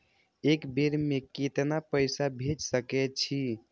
एक बेर में केतना पैसा भेज सके छी?